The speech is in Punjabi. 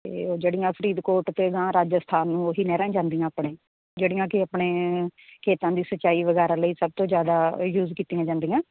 ਅਤੇ ਉਹ ਜਿਹੜੀਆਂ ਫਰੀਦਕੋਟ ਅਤੇ ਅਗਾਂਹ ਰਾਜਸਥਾਨ ਨੂੰ ਉਹ ਹੀ ਨਹਿਰਾਂ ਜਾਂਦੀਆਂ ਆਪਣੇ ਜਿਹੜੀਆਂ ਕਿ ਆਪਣੇ ਖੇਤਾਂ ਦੀ ਸਿੰਚਾਈ ਵਗੈਰਾ ਲਈ ਸਭ ਤੋਂ ਜ਼ਿਆਦਾ ਯੂਜ਼ ਕੀਤੀਆਂ ਜਾਂਦੀਆਂ